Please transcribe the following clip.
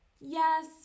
yes